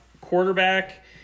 quarterback